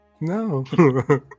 No